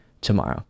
tomorrow